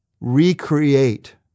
recreate